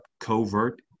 covert